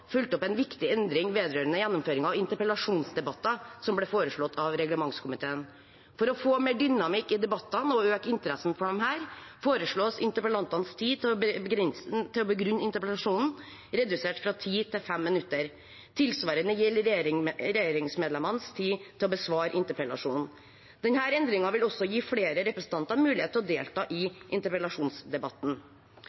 fulgt opp en viktig endring som ble foreslått av reglementskomiteen vedrørende gjennomføringen av interpellasjonsdebatter. For å få mer dynamikk i debattene og øke interessen for dem foreslås interpellantens tid til å begrunne interpellasjonen redusert fra 10 til 5 minutter. Tilsvarende gjelder regjeringsmedlemmenes tid til å besvare interpellasjonen. Denne endringen vil også gi flere representanter mulighet til å delta i